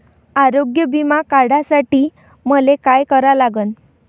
आरोग्य बिमा काढासाठी मले काय करा लागन?